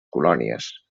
colònies